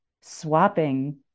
swapping